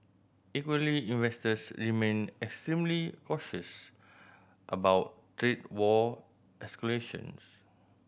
equally investors remain extremely cautious about trade war escalations